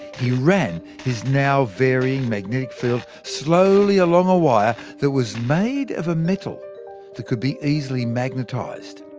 he ran his now-varying magnetic field slowly along a wire that was made of a metal that could be easily magnetised.